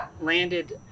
Landed